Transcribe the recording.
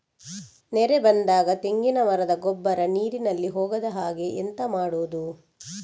ನೆರೆ ಬಂದಾಗ ತೆಂಗಿನ ಮರದ ಗೊಬ್ಬರ ನೀರಿನಲ್ಲಿ ಹೋಗದ ಹಾಗೆ ಎಂತ ಮಾಡೋದು?